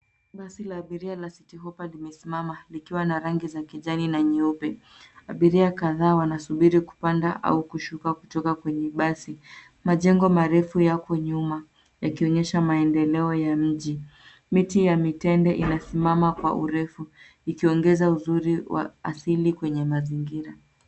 Basi la abiria la City Hoppa limesimama likiwa na rangi za kijani na nyeupe. Abiria kadhaa wanasubiri kupanda au kushuka kutoka kwenye basi. Majengo marefu yako nyuma yakionyesha maendeleo ya mji. Miti ya mitende inasimama kwa urefu ikiongeza uzuri wa asili kwenye mazingira.